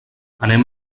anem